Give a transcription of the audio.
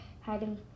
hiding